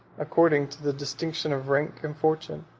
according to the distinction of rank and fortune,